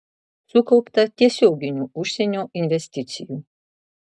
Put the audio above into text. sukaupta tiesioginių užsienio investicijų